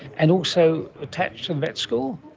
and also attached to the vet school.